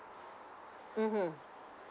mmhmm